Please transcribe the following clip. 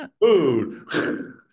Food